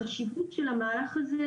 והאוצר רק ממתין,